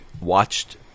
watched